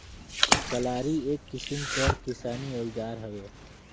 कलारी एक किसिम कर किसानी अउजार हवे